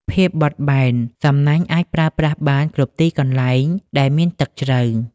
ភាពបត់បែន សំណាញ់អាចប្រើប្រាស់បានគ្រប់ទីកន្លែងដែលមានទឹកជ្រៅ។